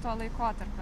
to laikotarpio